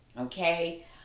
Okay